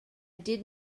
did